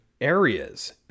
areas